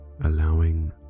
allowing